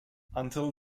until